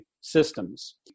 systems